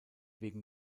wegen